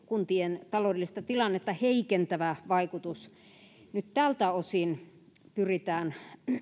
kuntien taloudellista tilannetta heikentävä vaikutus nyt tältä osin pyritään